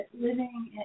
living